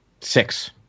Six